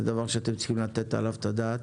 זה דבר שאתם צריכים לתת עליו את הדעת.